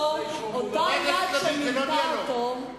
חבר הכנסת לוין, זה לא דיאלוג.